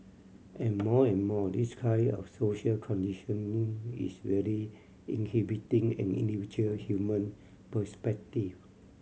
and more and more this kind of social conditioning is really inhibiting an individual human perspective